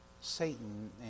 Satan